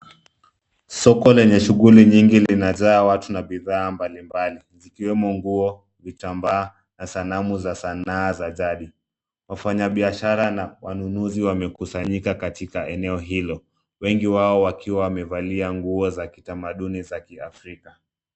Soko lenye shughuli nyingi linajaa watu na bidhaa mbalimbali zikiwemo nguo, vitambaa na sanamu za Sanaa za jadi. Wafanyabiashara, wanunuzi wamekusanyika katika eneo Hilo. Wengi wao wakiwa wamevalia nguo za kitamaduni za kiafrika.